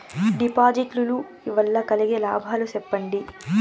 డిపాజిట్లు లు వల్ల కలిగే లాభాలు సెప్పండి?